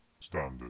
Standard